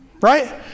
right